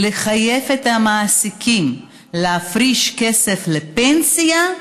לחייב את המעסיקים להפריש כסף לפנסיה,